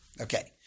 Okay